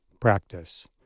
practice